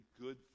good